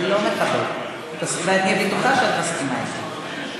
זה לא מכבד, ואני בטוחה שאת מסכימה איתי.